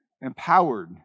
empowered